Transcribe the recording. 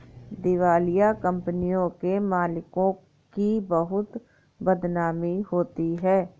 दिवालिया कंपनियों के मालिकों की बहुत बदनामी होती है